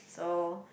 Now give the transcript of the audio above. so